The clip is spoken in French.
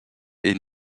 est